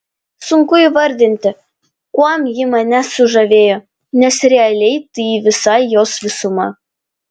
sunku įvardinti kuom ji mane sužavėjo nes realiai tai visa jos visuma